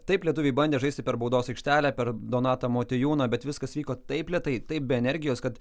taip lietuviai bandė žaisti per baudos aikštelę per donatą motiejūną bet viskas įvyko taip lėtai taip be energijos kad